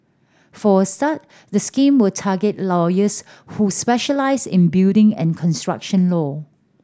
for a start the scheme will target lawyers who specialise in building and construction law